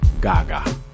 Gaga